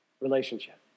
relationship